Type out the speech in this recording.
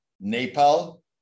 Nepal